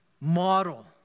model